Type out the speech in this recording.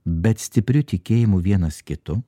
bet stipriu tikėjimu vienas kitu